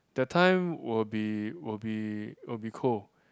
that time will be will be will be cold